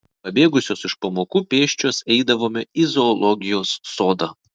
pabėgusios iš pamokų pėsčios eidavome į zoologijos sodą